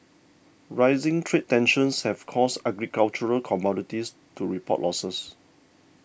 rising trade tensions have caused agricultural commodities to report losses